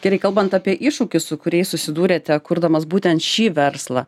gerai kalbant apie iššūkius su kuriais susidūrėte kurdamas būtent šį verslą